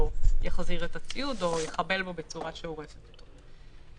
יחזיר את הציוד או יחבל בו בצורה שהורסת אותו.